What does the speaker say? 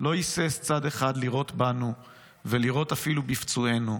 לא היסס צד אחד לירות בנו ולירות אפילו בפצועינו,